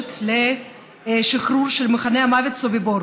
שמוקדשת לשחרור של מחנה המוות סוביבור